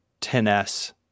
10s